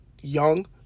young